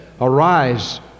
Arise